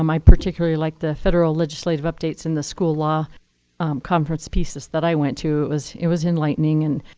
um i particularly liked the federal legislative updates and the school law conference pieces that i went to. it was it was enlightening. and